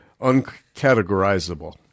uncategorizable